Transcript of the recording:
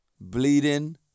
bleeding